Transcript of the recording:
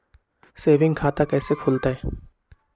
Saving खाता कैसे खुलतई?